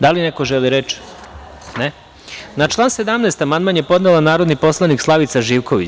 Da li neko želi reč? (Ne) Na član 17. amandman je podnela narodni poslanik Slavica Živković.